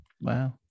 Wow